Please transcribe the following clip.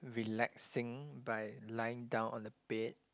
relaxing by lying down on the bed